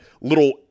little